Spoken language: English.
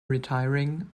retiring